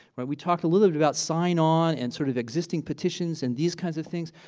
but we talked a little bit about sign on and sort of existing petitions and these kinds of things.